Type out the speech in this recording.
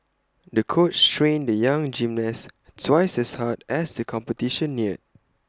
the coach trained the young gymnast twice as hard as the competition neared